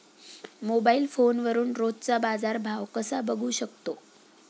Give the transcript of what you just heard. Mobile फोनवरून रोजचा बाजारभाव कसा बघू शकतो?